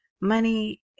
money